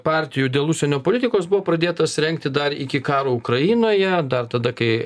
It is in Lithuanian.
partijų dėl užsienio politikos buvo pradėtas rengti dar iki karo ukrainoje dar tada kai